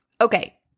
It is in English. Okay